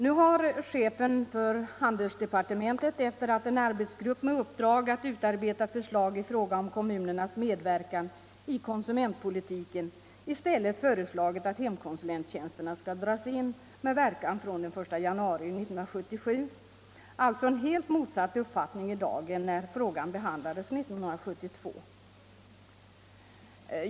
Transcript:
Nu har chefen för handelsdepartementet, sedan en arbetsgrupp utarbetat förslag i fråga om kommunernas medverkan i konsumentpolitiken, i stället föreslagit att hemkonsulenttjänsterna skall dras in med verkan fr.o.m. den 1 januari 1977 — alltså en helt motsatt uppfattning i dag i jämförelse med när frågan behandlades 1972.